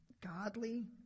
godly